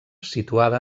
situada